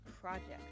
Project